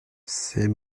c’est